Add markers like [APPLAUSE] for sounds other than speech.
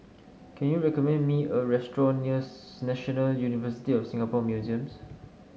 can you recommend me a restaurant near [UNINTELLIGIBLE] National University of Singapore Museums